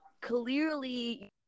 Clearly